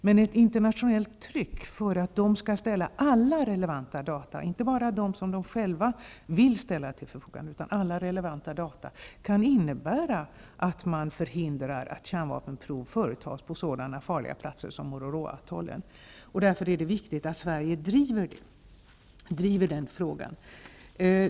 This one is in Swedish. Men ett internationellt tryck för att de skall ställa alla relevanta data till förfogande -- inte bara de data som de själva vill ställa till förfogande -- kan innebära att man förhindrar att kärnvapenprov företas på sådana farliga platser som Mururoa-atollen. Därför är det viktigt att Sverige driver den frågan.